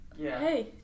hey